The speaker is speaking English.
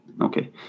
Okay